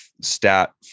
stat